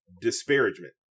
disparagement